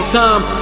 time